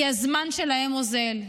כי הזמן שלהם אוזל,